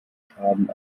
schaden